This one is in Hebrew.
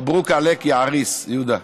מברוכ עליכ, יא אריס, יהודה.